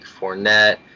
fournette